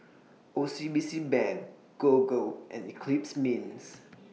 O C B C Bank Gogo and Eclipse Mints